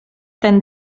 ten